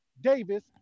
Davis